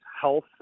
health